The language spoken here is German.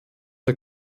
der